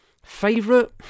Favorite